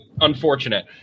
unfortunate